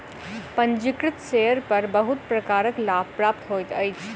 पंजीकृत शेयर पर बहुत प्रकारक लाभ प्राप्त होइत अछि